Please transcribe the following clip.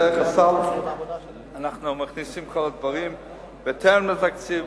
דרך הסל אנחנו מכניסים את כל הדברים בטרם התקציב,